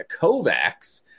Kovacs